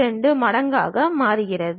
82 மடங்காக மாறுகிறது